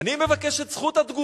אני מבקש את זכות התגובה,